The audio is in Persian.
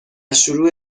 شروع